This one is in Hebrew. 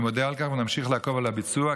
אני מודה על כך, ונמשיך לעקוב אחר הביצוע.